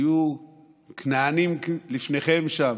היו כנענים לפניכם שם,